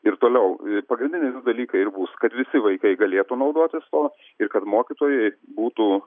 ir toliau pagrindiniai du dalykai ir bus kad visi vaikai galėtų naudotis tuo ir kad mokytojai būtų